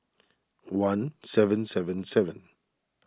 one seven seven seven